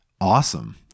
awesome